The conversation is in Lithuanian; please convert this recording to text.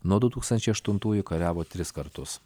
nuo du tūkstančiai aštuntųjų kariavo tris kartus